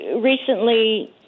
recently